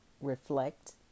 reflect